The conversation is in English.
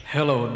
Hello